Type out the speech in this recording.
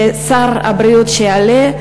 ושר הבריאות שיעלה,